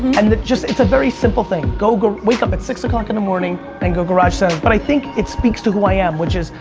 and the just, it's a very simple thing. go, go wake up at six o'clock in the morning and go garage sale-ing but i think, it speaks to who i am which is,